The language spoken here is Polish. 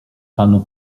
panu